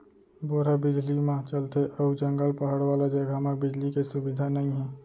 bore ह बिजली म चलथे अउ जंगल, पहाड़ वाला जघा म बिजली के सुबिधा नइ हे